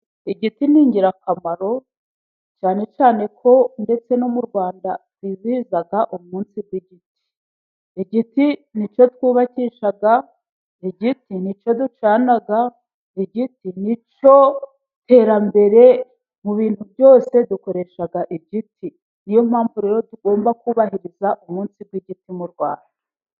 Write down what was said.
Igiti ni ingirakamaro， cyane cyane ko， ndetse no mu Rwanda twizihiza umunsi w’igiti. Igiti nicyo twubakisha，igiti nicyo ducana， igiti nicyo terambere，mu bintu byose dukoresha igiti. Niyo mpamvu rero tugomba kubahiriza umunsi w’igiti mu Rwanda.